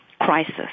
crisis